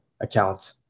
account